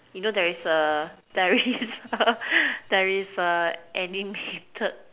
you know there is a there is a there is a animated